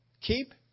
Keep